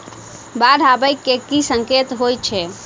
बाढ़ आबै केँ की संकेत होइ छै?